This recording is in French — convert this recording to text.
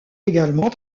également